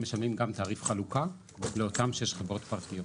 משלמים גם תעריף חלוקה לאותן שש חברות פרטיות.